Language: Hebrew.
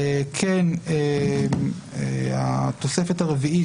כן התוספת הרביעית,